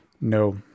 No